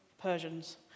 Persians